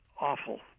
awful